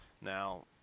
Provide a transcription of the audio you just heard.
Now